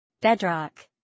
Bedrock